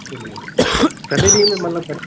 सॼे ॾींहं में मतलबु